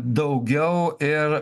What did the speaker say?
daugiau ir